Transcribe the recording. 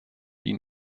ihn